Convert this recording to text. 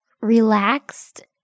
relaxed